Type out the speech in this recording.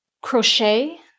Crochet